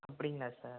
அப்படிங்களா சார்